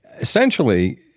essentially